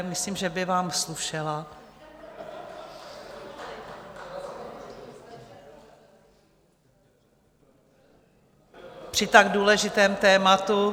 Myslím, že by vám slušela při tak důležitém tématu.